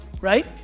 right